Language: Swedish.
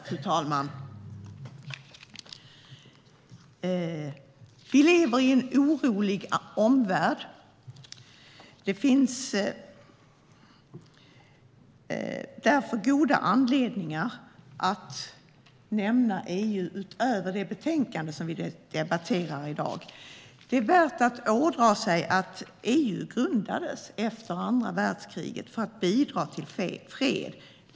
Fru talman! Vi lever i en orolig omvärld. Det finns därför goda anledningar att nämna något om EU utöver det betänkande som vi debatterar i dag. Det är värt att påminna om att EU grundades efter andra världskriget för att bidra till fred.